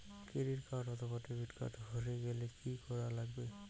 Credit card অথবা debit card হারে গেলে কি করা লাগবে?